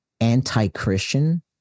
anti-Christian